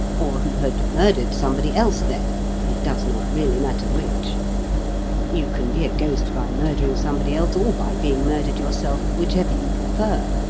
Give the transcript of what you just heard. or who had murdered somebody else there it does not really matter which you can be a ghost by murdering somebody else or by being murdered yourself, whichever you prefer.